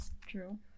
true